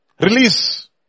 release